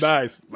Nice